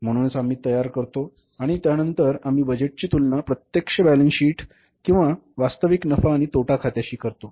म्हणून आम्ही तयार करतो त्यानंतर आम्ही बजेटची तुलना प्रत्यक्ष बॅलन्स शीट्स किंवा वास्तविक नफा आणि तोटा खात्यांशी करतो